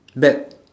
bet